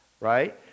right